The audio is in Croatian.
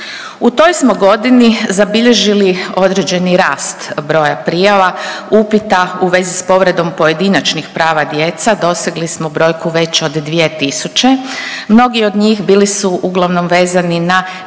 U toj smo godini zabilježili određeni rast broja prijava upita u vezi s povredom pojedinačnih prava djece, dosegli smo brojku veću od 2000, mnogi od njih bili su uglavnom vezani na